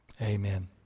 Amen